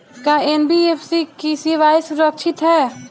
का एन.बी.एफ.सी की सेवायें सुरक्षित है?